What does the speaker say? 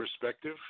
perspective